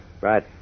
Right